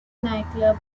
nightclub